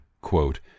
quote